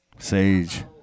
Sage